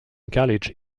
college